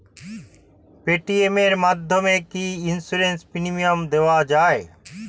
Paytm এর মাধ্যমে কি ইন্সুরেন্স প্রিমিয়াম দেওয়া যায়?